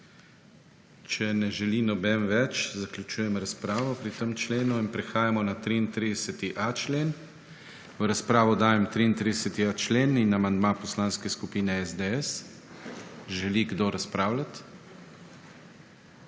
Če ne želi nihče več razpravljati, zaključujem razpravo o tem členu. Prehajamo na 33.a člen. V razpravo dajem 33.a člen in amandma Poslanske skupine SDS. Želi kdo razpravljati?